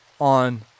on